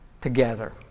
together